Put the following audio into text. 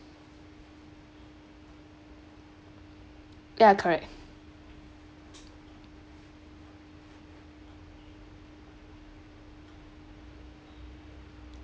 ya correct